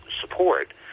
support